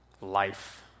Life